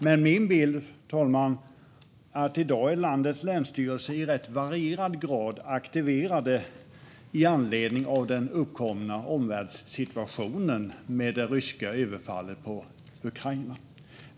Min bild, fru talman, är dock att landets länsstyrelser i dag i rätt varierande grad är aktiverade med anledning av den uppkomna omvärldssituationen med det ryska överfallet på Ukraina.